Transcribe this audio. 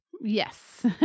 Yes